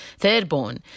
thirdborn